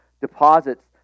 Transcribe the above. deposits